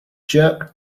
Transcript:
jerked